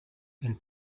and